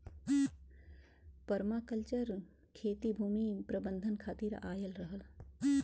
permaculture खेती भूमि प्रबंधन खातिर आयल रहल